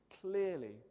clearly